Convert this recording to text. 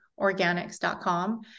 organics.com